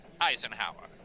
Eisenhower